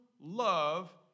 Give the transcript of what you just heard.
love